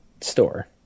store